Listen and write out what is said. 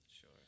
Sure